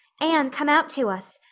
anne, come out to us.